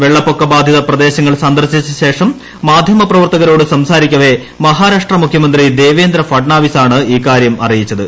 വെളളപ്പൊക്ക ബാധിത പ്രദേശങ്ങൾ സന്ദർശിച്ച ശേഷം മാധ്യമപ്രവർത്തകരോട് സംസാരിക്കവെ മഹാരാഷ്ട്ര മുഖ്യമന്ത്രു ദേവേന്ദ്ര ഫട്നാവിസാണ് ഇക്കാര്യം അറിയിച്ചത്